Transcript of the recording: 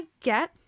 get